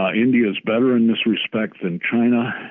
ah india is better in this respect than china,